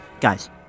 guys